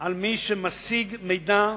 על מי שמשיג מידע,